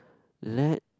let